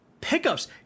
pickups